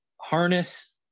harness